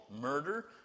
murder